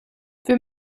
wir